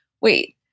wait